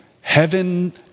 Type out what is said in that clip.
heaven